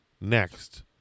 next